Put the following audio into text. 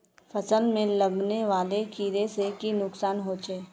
फसल में लगने वाले कीड़े से की नुकसान होचे?